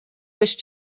wish